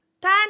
Ten